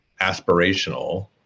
aspirational